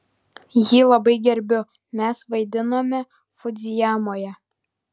jį labai gerbiu mes vaidinome fudzijamoje